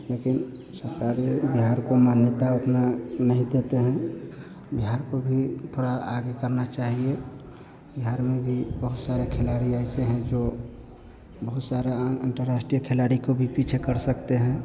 लेकिन सरकार बिहार को मान्यता उतना नहीं देती है बिहार को भी थोड़ा आगे करना चाहिए बिहार में भी बहुत सारे खिलाड़ी ऐसे हैं जो बहुत सारा अन्तर्राष्ट्रीय खिलाड़ी को भी पीछे कर सकते हैं